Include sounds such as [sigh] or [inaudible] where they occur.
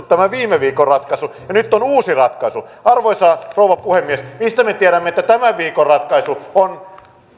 [unintelligible] tämä viime viikon ratkaisu olisi toteutettu ja nyt on uusi ratkaisu arvoisa rouva puhemies mistä me tiedämme että tämän viikon ratkaisu on